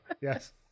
Yes